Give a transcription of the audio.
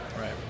right